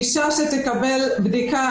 אישה שתקבל בדיקה,